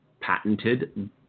patented